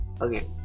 Okay